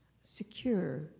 secure